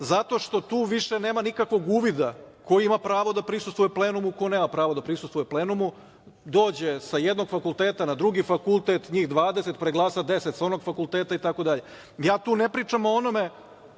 zato što tu više nema nikakvog uvida ko ima pravo da prisustvuje plenumu, a ko nema pravo da prisustvuje plenumu. Dođe sa jednog fakulteta na drugi fakultet, njih 20 preglasa 10 sa onog fakulteta itd. Ja tu ne pričam o onome